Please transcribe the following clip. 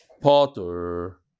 potter